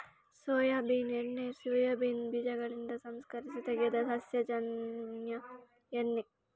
soybean ಎಣ್ಣೆ soybean ಬೀಜಗಳಿಂದ ಸಂಸ್ಕರಿಸಿ ತೆಗೆದ ಸಸ್ಯಜನ್ಯ ಎಣ್ಣೆ